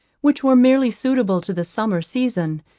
which were merely suitable to the summer season,